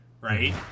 right